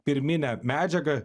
pirminę medžiagą